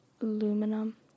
aluminum